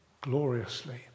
gloriously